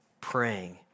praying